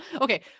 Okay